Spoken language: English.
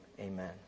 amen